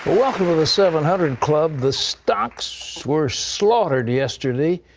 ah welcome to the seven hundred and club. the stocks were slaughtered yesterday.